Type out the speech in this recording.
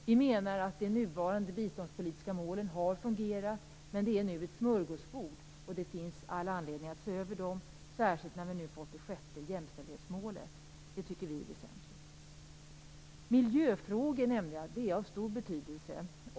Vi menar att de nuvarande biståndspolitiska målen har fungerat, men det är nu ett smörgåsbord. Det finns all anledning att se över dem, särskilt när vi nu har fått det sjätte jämställdhetsmålet. Det tycker vi är väsentligt. Jag nämnde att miljöfrågorna är av stor betydelse.